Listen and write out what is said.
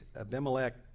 Abimelech